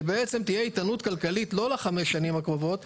ושתהיה איתנות כלכלית גם לעשרים השנים הבאות ולא רק לחמש השנים הקרובות.